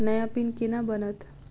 नया पिन केना बनत?